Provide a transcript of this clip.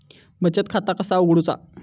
बचत खाता कसा उघडूचा?